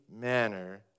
manner